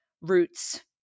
roots